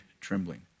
trembling